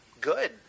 Good